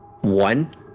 One